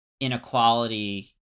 inequality